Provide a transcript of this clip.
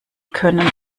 können